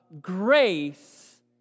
grace